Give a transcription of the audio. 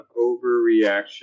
overreaction